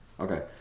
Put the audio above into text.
Okay